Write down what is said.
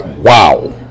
Wow